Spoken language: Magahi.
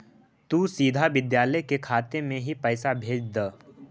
तु सीधा विद्यालय के खाते में ही पैसे भेज द